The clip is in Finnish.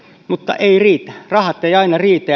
mutta ei riitä rahat eivät aina riitä